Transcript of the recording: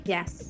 Yes